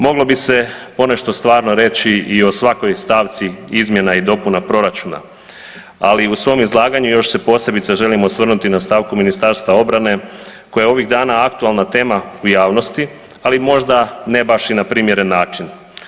Moglo bi se ponešto stvarno reći i o svakoj stavci izmjena i dopuna proračuna, ali u svom izlaganju još se posebice želim osvrnuti na stavku Ministarstva obrane koje je ovih dana aktualna tema u javnosti, ali možda ne baš i na primjeren način.